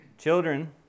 Children